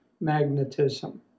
magnetism